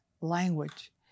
language